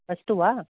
अस्तु वा